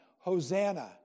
Hosanna